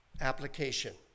application